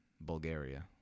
Bulgaria